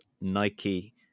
Nike